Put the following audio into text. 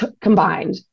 combined